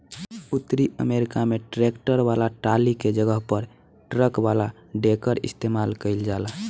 उतरी अमेरिका में ट्रैक्टर वाला टाली के जगह पर ट्रक वाला डेकर इस्तेमाल कईल जाला